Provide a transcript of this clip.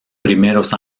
primeros